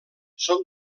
són